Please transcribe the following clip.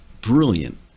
brilliant